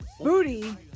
Booty